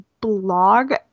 blog